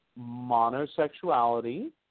monosexuality